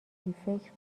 فکر